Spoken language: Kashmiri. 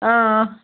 آ